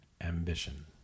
ambition